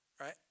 right